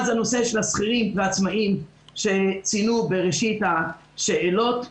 אחד הוא נושא השכירים והעצמאים שציינו בראשית השאלות.